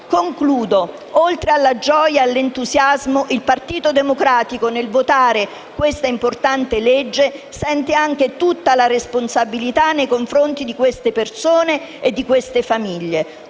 Concludo. Oltre alla gioia e all'entusiasmo, il Partito Democratico, nel votare questo importante provvedimento, sente anche tutta la responsabilità nei confronti delle persone disabili